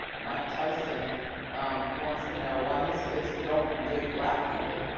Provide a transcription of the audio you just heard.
mike tyson wants to know why his kids don't date black people.